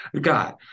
God